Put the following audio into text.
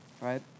right